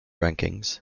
rankings